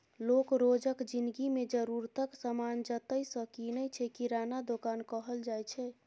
लोक रोजक जिनगी मे जरुरतक समान जतय सँ कीनय छै किराना दोकान कहल जाइ छै